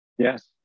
Yes